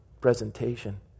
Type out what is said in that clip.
presentation